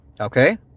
Okay